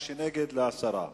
מי שנגד, הסרה.